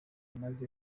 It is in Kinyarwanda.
maze